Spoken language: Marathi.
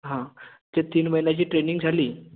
हां ते तीन महिन्याची ट्रेनिंग झाली